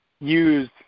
use